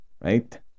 right